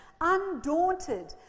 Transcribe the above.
undaunted